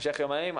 המשך יום נעים.